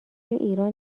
ایران